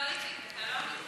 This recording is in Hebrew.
לא, איציק, זה לא אמיתי.